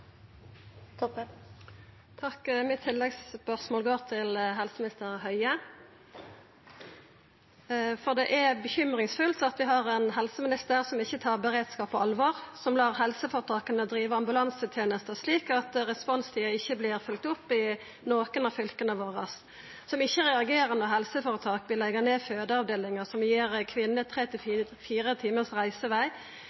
er bekymringsfullt at vi har ein helseminister som ikkje tar beredskap på alvor, som lar helseføretaka driva ambulansetenesta slik at responstida ikkje vert følgd opp i nokon av fylka våre, som ikkje reagerer når helseføretak vil leggja ned fødeavdelingar – noko som gir kvinnene tre